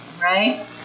right